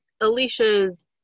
Alicia's